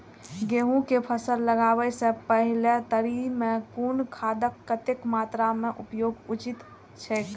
गेहूं के फसल लगाबे से पेहले तरी में कुन खादक कतेक मात्रा में उपयोग उचित छेक?